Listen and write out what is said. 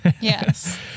Yes